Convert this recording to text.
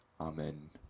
Amen